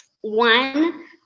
One